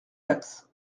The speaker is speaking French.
dax